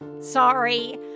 sorry